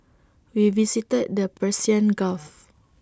we visited the Persian gulf